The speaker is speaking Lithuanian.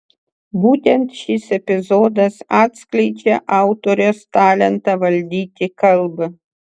būtent šis epizodas atskleidžią autorės talentą valdyti kalbą